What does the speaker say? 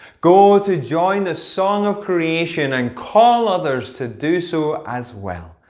go to join the song of creation and call others to do so as well.